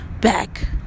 back